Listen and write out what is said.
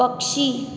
पक्षी